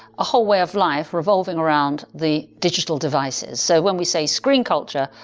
a whole way of life revolving around the digital devices. so when we say screen culture,